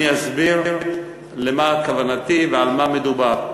אני אסביר למה כוונתי ועל מה מדובר.